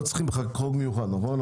לא צריכים חוק מיוחד, נכון?